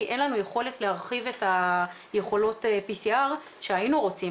כי אין לנו יכולת להרחיב את יכולות ה-PCR שהיינו רוצים.